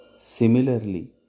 Similarly